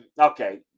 Okay